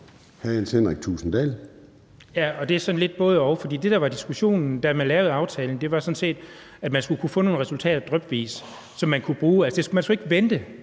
14:19 Jens Henrik Thulesen Dahl (DD): Det er sådan lidt både-og, for det, der var diskussionen, da man lavede aftalen, var sådan set, at man skulle kunne få nogle resultater drypvis, som man kunne bruge. Altså, man skulle ikke vente,